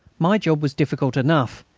my job was difficult enough.